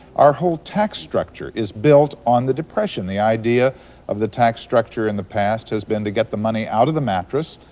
our whole tax structure is built on the depression. the idea of the tax structure in the past has been to get the money out of the mattress,